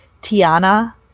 Tiana